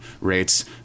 rates